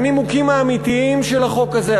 הנימוקים האמיתיים של החוק הזה,